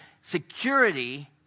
security